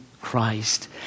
Christ